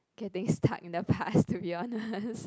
getting stuck in the past to be honest